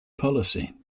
policy